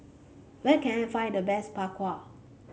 where can I find the best Bak Kwa